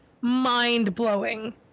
mind-blowing